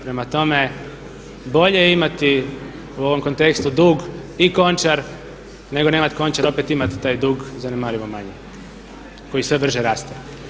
Prema tome, bolje imati u ovom kontekstu dug i Končar nego nemati Končar opet imati taj dug zanemarivo manje koji sve brže raste.